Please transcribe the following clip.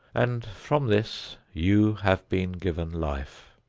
and from this you have been given life.